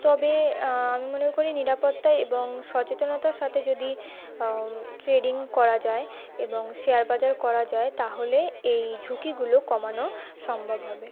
তবে আমি মনে করি নিরাপত্তা এবং সচেতনতার সাথে যদি ট্রেডিং করা যায় এবং শেয়ার বাজার করা যায় তাহলে এই ঝুঁকিগুলো কমানো সম্ভব হবে